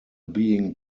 being